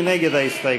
מי נגד ההסתייגות?